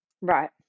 Right